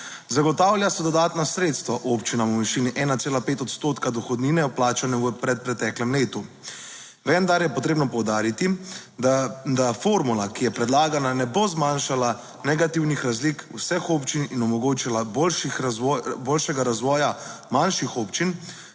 Zagotavlja se dodatna sredstva občinam v višini 1,5 odstotka dohodnine, vplačane v predpreteklem letu, vendar je potrebno poudariti, da formula, ki je predlagana, ne bo zmanjšala negativnih razlik vseh občin in omogočila boljši, boljšega razvoja manjših občin